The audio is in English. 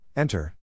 Enter